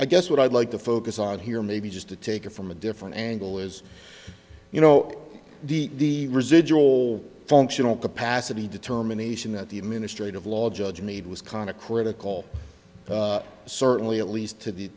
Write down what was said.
i guess what i'd like to focus on here maybe just to take it from a different angle is you know the residual functional capacity determination that the administrative law judge made was kind of critical certainly at least to the